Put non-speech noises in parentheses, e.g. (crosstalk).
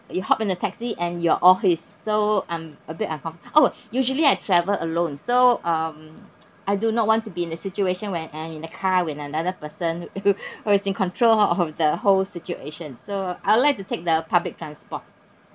you hop in the taxi and you're all his so I'm a bit uncom~ oh usually I travel alone so um I do not want to be in the situation when I'm in the car with another person (laughs) who's in control of the whole situation so I would like to take the public transport